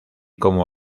como